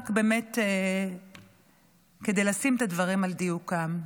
רק כדי באמת לשים את הדברים על דיוקם,